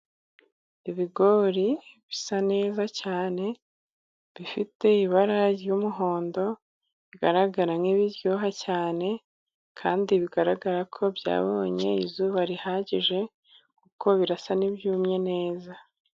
Ibigori bisa neza cyane, bifite ibara ry’umuhondo, bigaragara nk’ibiryoha cyane, kandi bigaragara ko byabonye izuba rihagije kuko birasa n’ibyumye neza.